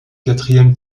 quatrième